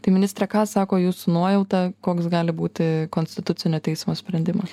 tai ministre ką sako jūsų nuojauta koks gali būti konstitucinio teismo sprendimas